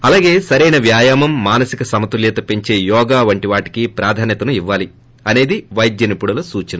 అలాగే సరైన వ్యాయామం మానసిక సమతుల్యత పెంచే యోగ వంటి వాటికి ప్రాధాన్యత ఇవ్వాలీ అసేది వైద్య నిపుణుల సూచన